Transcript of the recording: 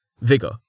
Vigor